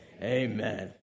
amen